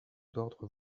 d’ordre